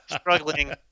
struggling